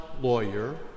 lawyer